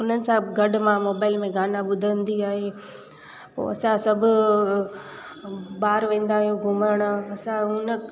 हुननि सां गॾ मां मोबाइल में गाना ॿुधंदी आहियां पोइ असां सभु बाहिरि वेंदा आहियूं घुमण असां हुन